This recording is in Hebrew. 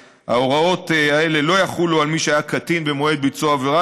שההוראות האלה לא יחולו על מי שהיה קטין במועד ביצוע העבירה.